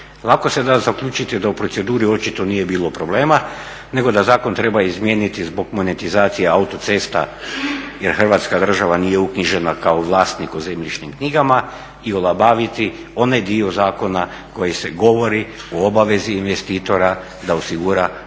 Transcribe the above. lako se da zaključiti da u proceduri očito nije bilo problema nego da zakon treba izmijeniti zbog monetizacije autocesta jer Hrvatska država nije uknjižena kao vlasnik u zemljišnim knjigama i olabaviti onaj dio zakona koji se govori u obavezi investitora da osigura